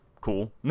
cool